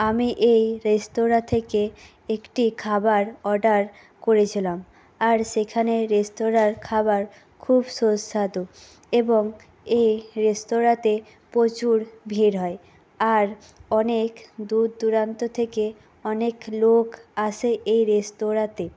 আমি এই রেস্তোরাঁ থেকে একটি খাবার অর্ডার করেছিলাম আর সেখানে রেস্তোরাঁর খাবার খুব সুস্বাদু এবং এই রেস্তোরাঁতে প্রচুর ভিড় হয় আর অনেক দূরদূরান্ত থেকে অনেক লোক আসে এই রেস্তোরাঁতে